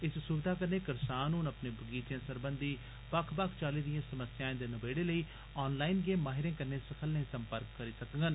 इस सुविधाकन्नै करसान हुन अपने बगीचे सरबंधी बक्ख बक्खचाली दिए समस्याएं दे नबेड़े लेई ऑनलाईन गै माहिरें कन्नै सखल्ले संपर्क करी सकगंन